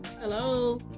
Hello